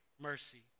mercy